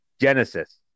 Genesis